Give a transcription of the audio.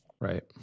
Right